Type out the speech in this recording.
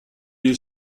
est